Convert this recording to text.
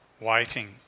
waiting